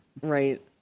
Right